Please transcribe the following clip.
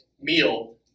meal